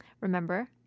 Remember